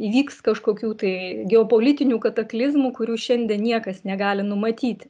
įvyks kažkokių tai geopolitinių kataklizmų kurių šiandien niekas negali numatyt